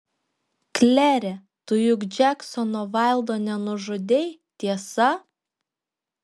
klere tu juk džeksono vaildo nenužudei tiesa